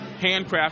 handcrafted